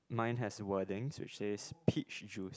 mine has wordings which says peach juice